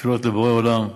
תפילות לבורא עולם.